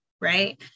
right